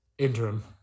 Interim